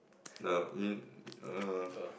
err I mean err